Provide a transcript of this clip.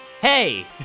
hey